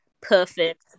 perfect